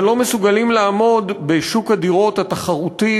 אבל לא מסוגלים לעמוד בשוק הדירות התחרותי